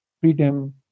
freedom